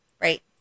Right